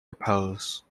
repose